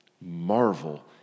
Marvel